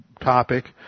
topic